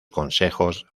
consejos